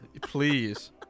Please